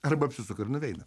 arba apsisuką ir nueina